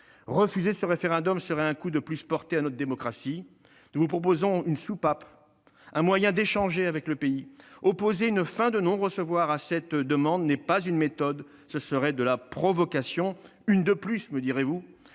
Refuser ce référendum serait porter un coup de plus à notre démocratie. Nous vous proposons une soupape, un moyen d'échanger avec le pays. Opposer une fin de non-recevoir à cette demande n'est pas une méthode. Ce serait de la provocation ; une de plus, me direz-vous